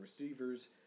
receivers